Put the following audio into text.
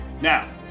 Now